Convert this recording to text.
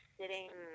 sitting